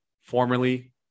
formerly